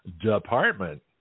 Department